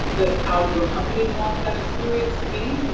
that how your company wants that experience to be,